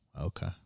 Okay